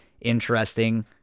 interesting